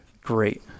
great